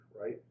right